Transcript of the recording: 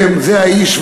אני לא שומע את עצמי.